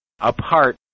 apart